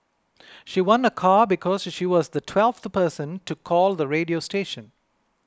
she won a car because she was the twelfth person to call the radio station